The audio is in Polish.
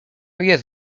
jest